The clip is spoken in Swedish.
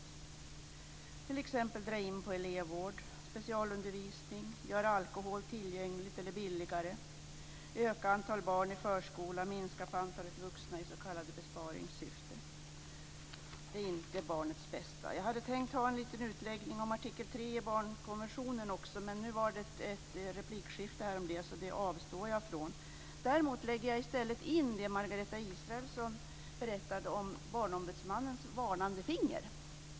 Man kan t.ex. dra in på elevvård och specialundervisning, göra alkohol tillgängligt eller billigare, öka antalet barn i förskolan och minska på antalet vuxna i s.k. besparingssyfte. Det är inte barnets bästa. Jag hade tänkt ha en liten utläggning om artikel 3 i barnkonventionen, men det var ett replikskifte här om det, så det avstår jag från. Däremot lägger jag i stället in det som Margareta Israelsson berättade om barnombudsmannens varnande finger.